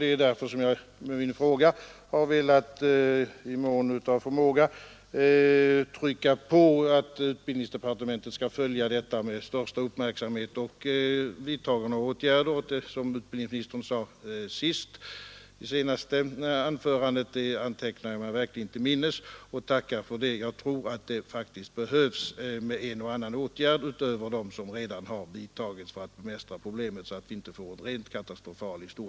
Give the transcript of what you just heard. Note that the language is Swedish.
Det är därför jag velat med min fråga i mån av förmåga trycka på för att utbildningsdepartementet skall följa utvecklingen med den största uppmärksamhet och vidtaga åtgärder. Det som utbildningsministern sade i sitt senaste anförande antecknar jag mig verkligen till minnes och tackar för det. Jag tror att det faktiskt behövs en och annan åtgärd utöver vad som har vidtagits för att bemästra problemet, så att det inte blir en rent katastrofal historia.